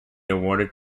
awarded